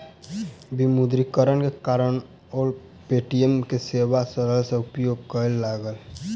विमुद्रीकरण के कारण लोक पे.टी.एम के सेवा सरलता सॅ उपयोग करय लागल